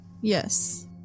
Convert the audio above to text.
yes